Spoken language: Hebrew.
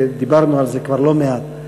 ודיברנו על זה כבר לא מעט.